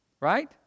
Right